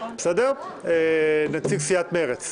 נציג מטעם